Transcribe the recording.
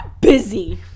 busy